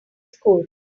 school